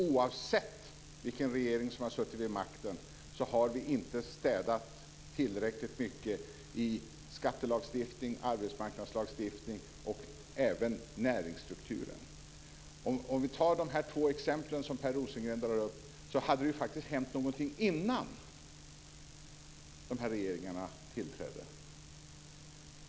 Oavsett vilken regering som har suttit vid makten har vi inte städat tillräckligt mycket i skattelagstiftning, arbetsmarknadslagstiftning och även näringsstruktur. Om vi tar de två exempel som Per Rosengren drar upp hade det faktiskt hänt något innan de regeringarna tillträdde.